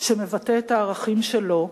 שמבטא את הערכים שלו,